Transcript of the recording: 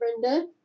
Brenda